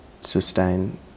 sustain